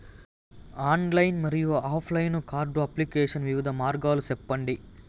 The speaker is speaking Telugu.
ఆన్లైన్ మరియు ఆఫ్ లైను కార్డు అప్లికేషన్ వివిధ మార్గాలు సెప్పండి?